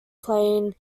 plain